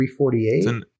348